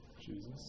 Jesus